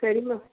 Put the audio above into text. சரி மா